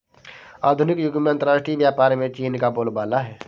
आधुनिक युग में अंतरराष्ट्रीय व्यापार में चीन का बोलबाला है